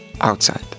outside